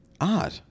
Odd